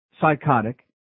psychotic